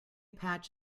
patch